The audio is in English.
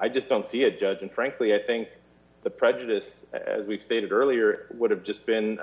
i just don't see a judge and frankly i think the prejudice as we stated earlier would have just been